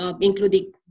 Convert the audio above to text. including